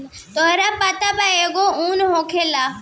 तोहरा पता बा एगो उन होखेला